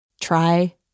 try